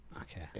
Okay